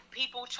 people